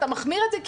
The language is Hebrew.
אתה מחמיר את זה,